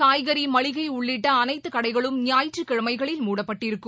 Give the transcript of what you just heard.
காய்கறி மளிகைஉள்ளிட்டஅனைத்துகடைகளும் ஞாயிற்றுக்கிழமைகளில் மூடப்பட்டிருக்கும்